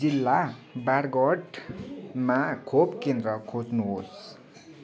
जिल्ला बारगठमा खोप केन्द्र खोज्नुहोस्